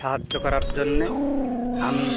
সাহায্য করার জন্যে আমি